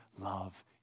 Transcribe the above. love